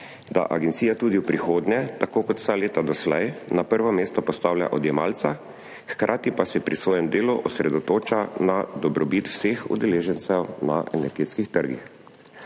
da agencija tudi v prihodnje, tako kot vsa leta doslej, na prvo mesto postavlja odjemalca, hkrati pa se pri svojem delu osredotoča na dobrobit vseh udeležencev na energetskih trgih.